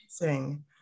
amazing